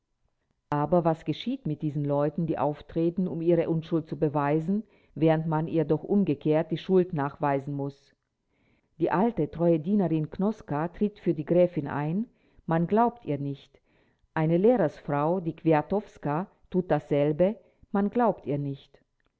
aber was geschieht mit diesen leuten die auftreten um ihre unschuld zu beweisen während man ihr doch umgekehrt die schuld nachweisen muß die alte treue dienerin knoska tritt für die gräfin ein man glaubt ihr nicht eine lehrersfrau die kwiatkowska tut dasselbe man glaubt ihr nicht